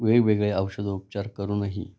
वेगवेगळे औषधोपचार करूनही